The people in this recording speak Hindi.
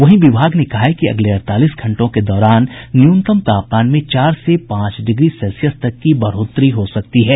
वहीं विभाग ने कहा है कि अगले अड़तालीस घंटों के दौरान न्यूनतम तापमान में चार से पांच डिग्री सेल्सियस तक की बढोतरी हो सकती है